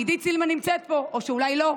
עידית סילמן נמצאת פה, או שאולי לא,